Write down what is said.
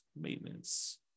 Maintenance